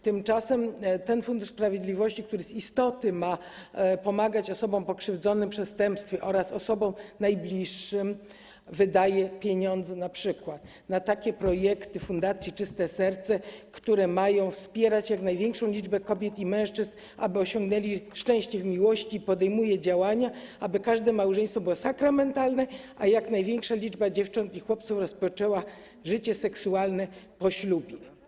Tymczasem Fundusz Sprawiedliwości, który ma pomagać osobom pokrzywdzonym w przestępstwach oraz osobom najbliższym, wydaje pieniądze np. na projekty Fundacji Czyste Serce, które mają wspierać jak największą liczbę kobiet i mężczyzn, aby osiągnęli szczęście w miłości, i podejmuje działania, aby każde małżeństwo było sakramentalne, a jak największa liczba dziewcząt i chłopców rozpoczęła życie seksualne po ślubie.